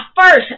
first